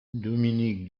dominique